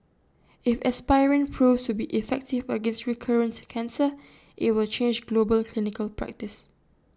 if aspirin proves to be effective against recurrent cancer IT will change global clinical practice